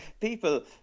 people